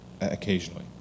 occasionally